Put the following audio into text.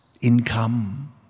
income